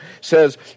says